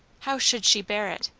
how should she bear it?